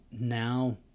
now